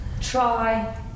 try